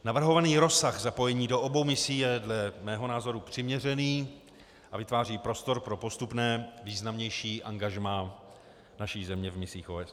Navrhovaný rozsah zapojení do obou misí je dle mého názoru přiměřený a vytváří prostor pro postupné významnější angažmá naší země v misích OSN.